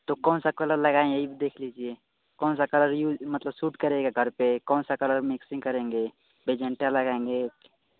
तो कौन सा कलर लगाएँगे एक देख लीजिए कौन सा कलर मतलब यूज़् मतलब सूट करेगा घर पर कौन सा कलर मिक्सिं करेंगे लगाएँगे